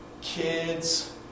kids